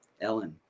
Ellen